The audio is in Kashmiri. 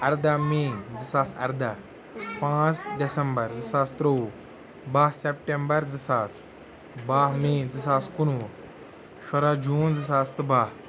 ارداہ مے ز زٕ ساس ارداہ پانٛژھ ڈٮ۪سمبَر زٕ ساس ترٛۆوُہ بَہہ سٮ۪پٹمبَر زٕ ساس بَہہ مے زٕ ساس کُنہٕ وُہ شُراہ جوٗن زٕ ساس تہٕ بَہہ